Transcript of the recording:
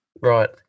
right